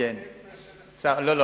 קודם כול,